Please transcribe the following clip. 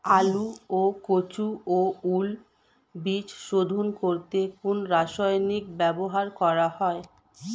আলু ও কচু ও ওল বীজ শোধন করতে কোন রাসায়নিক ব্যবহার করা হয়?